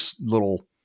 little